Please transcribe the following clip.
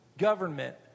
government